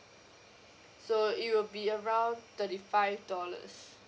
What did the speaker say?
so it will be around thirty five dollars